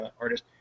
artist